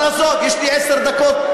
אבל עזוב, יש לי עשר דקות.